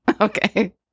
Okay